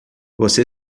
você